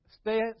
Stay